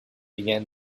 again